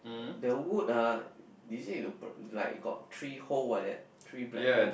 the wood ah is it you b~ like got three hole like that three black hole